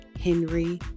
Henry